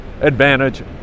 advantage